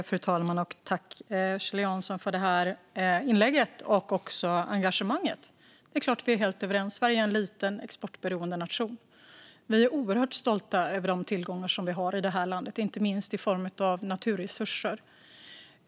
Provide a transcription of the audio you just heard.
Fru talman! Tack, Kjell Jansson, för inlägget och engagemanget! Det är klart att vi är helt överens om att Sverige är en liten och exportberoende nation. Vi är oerhört stolta över de tillgångar vi har i det här landet, inte minst i form av naturresurser.